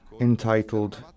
entitled